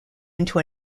into